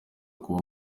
kuba